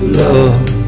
love